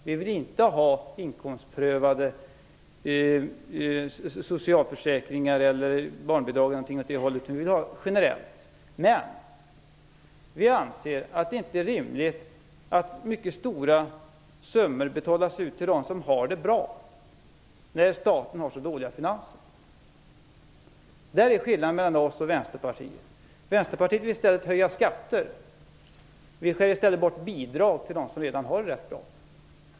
Vi vill inte ha inkomstprövade socialförsäkringar eller barnbidrag eller någonting åt det hållet. Men vi anser att det inte är rimligt att mycket stora summor betalas ut till dem som har det bra, när staten har så dåliga finanser. Där är skillnaden mellan oss och Vänsterpartiet. Vänsterpartiet vill höja skatter. Vi skär i stället bort bidrag för dem som redan har det rätt bra.